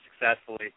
successfully